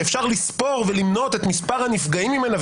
שאפשר לספור ולמנות את מספר הנפגעים ממנה,